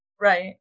Right